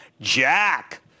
Jack